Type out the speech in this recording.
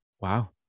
Wow